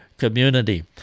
Community